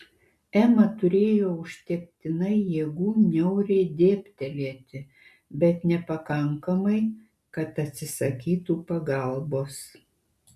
ema turėjo užtektinai jėgų niauriai dėbtelėti bet nepakankamai kad atsisakytų pagalbos